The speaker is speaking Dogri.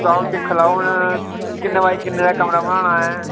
जाओ दिक्खी लैओ हून किन्ने बाय किन्ने दा कमरा बनाना ऐ